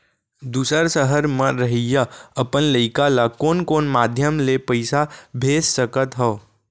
दूसर सहर म रहइया अपन लइका ला कोन कोन माधयम ले पइसा भेज सकत हव?